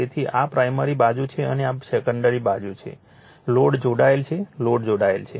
તેથી આ આ પ્રાઇમરી બાજુ છે અને આ સેકન્ડરી બાજુ છે લોડ જોડાયેલ છે લોડ જોડાયેલ છે